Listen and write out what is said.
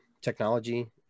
technology